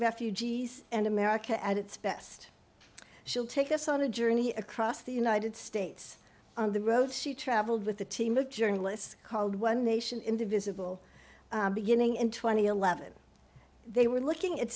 refugees and america at its best she'll take us on a journey across the united states on the road she traveled with a team of journalists called one nation indivisible beginning in two thousand and eleven they were looking at